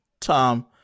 Tom